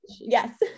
Yes